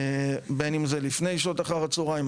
בין אם זה לפני שעות הצהריים,